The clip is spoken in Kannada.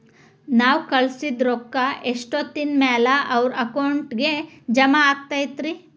ನಾವು ಕಳಿಸಿದ್ ರೊಕ್ಕ ಎಷ್ಟೋತ್ತಿನ ಮ್ಯಾಲೆ ಅವರ ಅಕೌಂಟಗ್ ಜಮಾ ಆಕ್ಕೈತ್ರಿ?